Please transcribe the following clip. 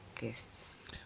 guests